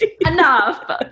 Enough